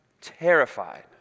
terrified